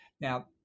Now